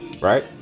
Right